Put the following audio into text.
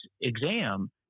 exam